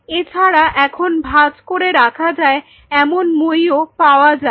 তাছাড়া এখন ভাঁজ করে রাখা যায় এমন মই ও পাওয়া যায়